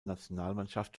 nationalmannschaft